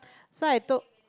so I took